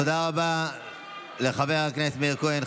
תודה רבה לחבר הכנסת מאיר כהן.